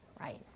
Right